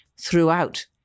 throughout